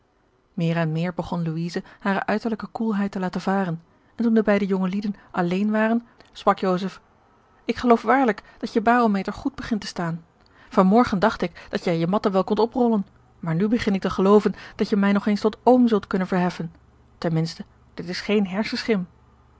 meer en meer begon louise hare uiterlijke koelheid te laten varen en toen de beide jongelieden alleen waren sprak joseph ik geloof waarlijk dat je barometer goed begint te staan van morgen dacht ik dat jij je matten wel kondt oprollen maar nu begin ik te gelooven dat je mij nog eens tot oom zult kunnen verheffen ten minste dit is geene hersenschim